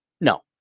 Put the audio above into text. No